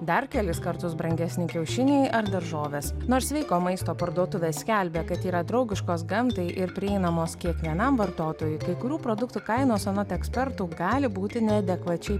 dar kelis kartus brangesni kiaušiniai ar daržoves nors sveiko maisto parduotuvės skelbia kad yra draugiškos gamtai ir prieinamos kiekvienam vartotojui kai kurių produktų kainos anot ekspertų gali būti neadekvačiai